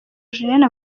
julienne